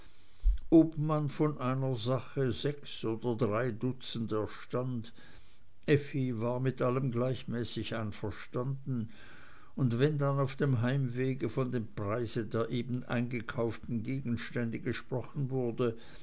ob man von einer sache sechs oder drei dutzend erstand effi war mit allem gleichmäßig einverstanden und wenn dann auf dem heimweg von dem preis der eben eingekauften gegenstände gesprochen wurde